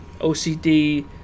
OCD